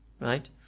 Right